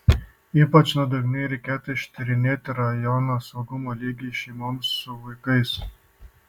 ypač nuodugniai reikėtų ištyrinėti rajono saugumo lygį šeimoms su vaikais